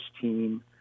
team